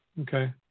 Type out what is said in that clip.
Okay